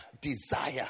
desire